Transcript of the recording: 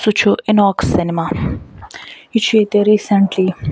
سُہ چھُ اِناکس سیٚنما یہِ چھُ ییٚتہِ ریٖسیٚنٹلی